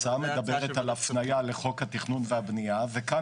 ההצעה מדברת על הפניה לחוק התכנון והבנייה וכאן